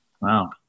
Wow